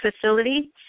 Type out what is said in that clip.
facility